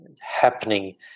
happening